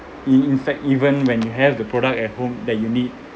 in in fact even when you have the product at home that you need